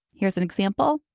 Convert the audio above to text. here! s an example!